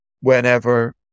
whenever